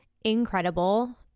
incredible